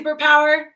superpower